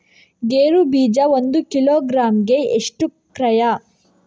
ಗೇರು ಬೀಜ ಒಂದು ಕಿಲೋಗ್ರಾಂ ಗೆ ಎಷ್ಟು ಕ್ರಯ?